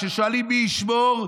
כששואלים מי ישמור,